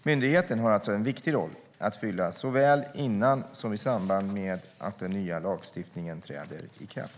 Myndigheten har alltså en viktig roll att fylla såväl innan som i samband med att den nya lagstiftningen träder i kraft.